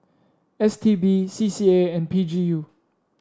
S T B C C A and P G U